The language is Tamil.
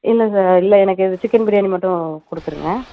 இல்லை சார் இல்லை எனக்கு இது சிக்கன் பிரியாணி மட்டும் கொடுத்துருங்க